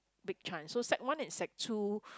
big chance so sec one and sec two